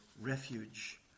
refuge